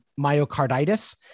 myocarditis